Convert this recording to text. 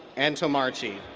antommarchi.